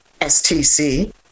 STC